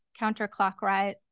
counterclockwise